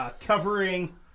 covering